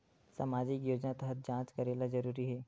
सामजिक योजना तहत जांच करेला जरूरी हे